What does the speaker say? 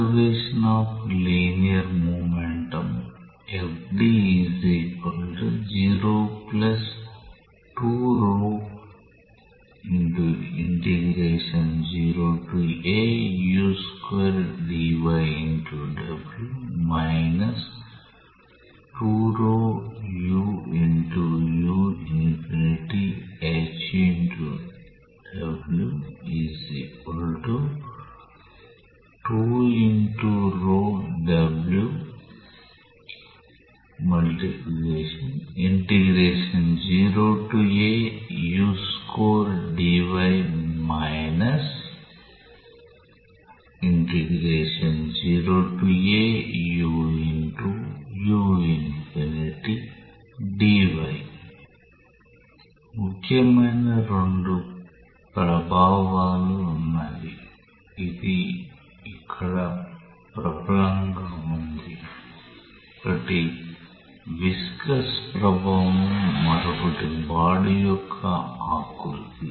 Conservation of linear momentum ముఖ్యమైన రెండు ప్రభావాలు ఉన్నాయి ఇది ఇక్కడ ప్రబలంగా ఉంది ఒకటి విస్కాస్ ప్రభావం మరొకటి బాడీ యొక్క ఆకృతి